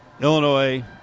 Illinois